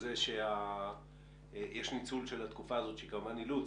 בזה שיש ניצול של התקופה הזאת שהיא כמובן אילוץ,